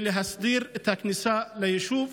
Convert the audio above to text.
ולהסדיר את הכניסה ליישוב,